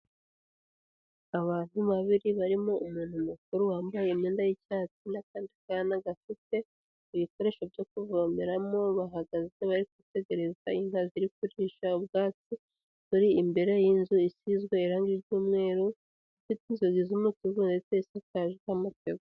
Abantu babiri barimo umuntu mukuru wambaye imyenda y'icyatsi n'akandi kana gafite ibikoresho byo kuvomeramo bahagaze bari kwitegereza inka ziri kuririsha ubwatsi, bari imbere y'inzu isizwe irangi ry'umweru, ifite inzugi z'umutuku ndetse isakajwe amategura.